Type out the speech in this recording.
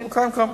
אדוני,